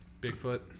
Bigfoot